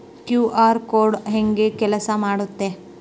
QR code ಹೆಂಗ ಕೆಲಸ ಮಾಡುತ್ತೆ?